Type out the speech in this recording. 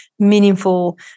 meaningful